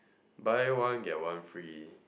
buy one get one free